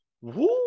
Woo